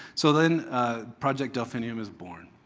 so then project delphinium was born.